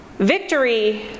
Victory